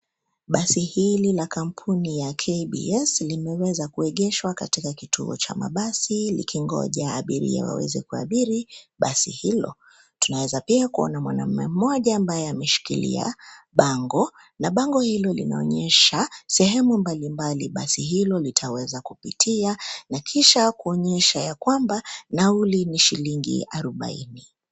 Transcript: Basi hili la kampuni ya KBS limeweza kuegeshwa katika kituo cha mabasi likingoja abiria waweze kuabiri basi hilo. Tunaweza pia kuona mwanamume mmoja ambaye ameshikilia bango na bango hilo linaonyesha sehemu mbalimbali basi hilo litaweza kupitia na kisha kuonyesha ya kwamba nauli ni shilingi arobaini.